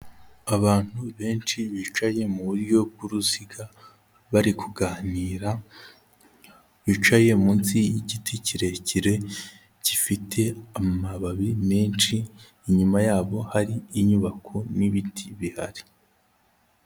Abantu benshi bicaye mu buryo bw'uruziga bari kuganira, bicaye munsi y'igiti kirekire gifite amababi menshi, inyuma yabo hari inyubako n'ibiti bihari.